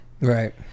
Right